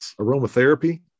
aromatherapy